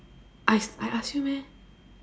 I I ask you meh